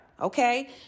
Okay